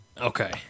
Okay